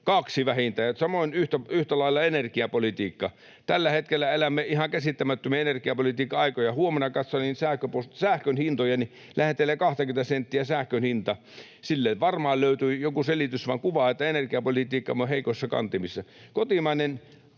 kaksi vähintään. Ja samoin yhtä lailla energiapolitiikka: Tällä hetkellä elämme ihan käsittämättömiä energiapolitiikan aikoja. Katselin sähkön hintoja, että huomenna lähentelee 20:tä senttiä sähkön hinta. Sille varmaan löytyy joku selitys, mutta se kuvaa, että energiapolitiikkamme on heikoissa kantimissa.